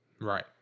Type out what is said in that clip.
right